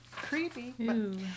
Creepy